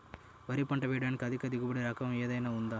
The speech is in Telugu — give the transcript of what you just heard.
వరి పంట వేయటానికి అధిక దిగుబడి రకం ఏమయినా ఉందా?